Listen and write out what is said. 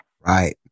Right